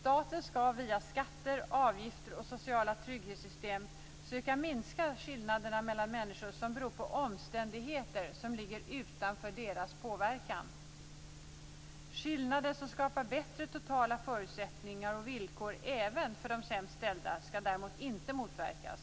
Staten skall via skatter, avgifter och sociala trygghetssystem försöka minska skillnaderna mellan människor som beror på omständigheter som ligger utanför deras påverkan. Skillnader som skapar bättre totala förutsättningar och villkor även för de sämst ställda skall däremot inte motverkas.